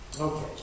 Okay